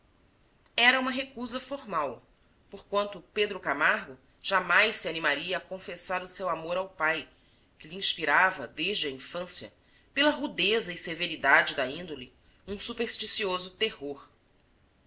era uma recusa formal porquanto pedro camargo jamais se animaria a confessar o seu amor ao pai que lhe inspirava desde a infância pela rudeza e severidade da índole um supersticioso terror